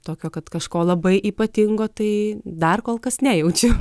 tokio kad kažko labai ypatingo tai dar kol kas nejaučiu